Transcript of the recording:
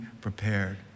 prepared